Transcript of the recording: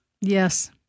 Yes